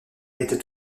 était